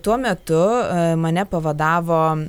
tuo metu mane pavadavo